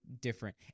different